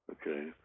Okay